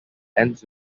ends